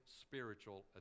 spiritual